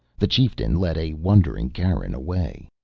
the chieftain led a wondering garin away.